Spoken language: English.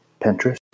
Pinterest